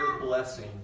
blessing